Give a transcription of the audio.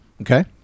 Okay